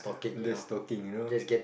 that's talking you know